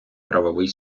правовий